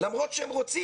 למרות שהם רוצים.